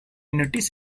notice